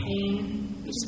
pain